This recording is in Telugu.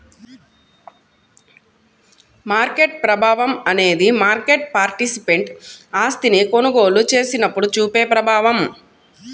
మార్కెట్ ప్రభావం అనేది మార్కెట్ పార్టిసిపెంట్ ఆస్తిని కొనుగోలు చేసినప్పుడు చూపే ప్రభావం